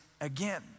again